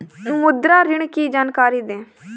मुद्रा ऋण की जानकारी दें?